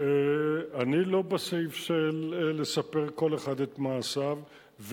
אני לא בסעיף של לספר כל אחד את מעשיו.